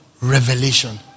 revelation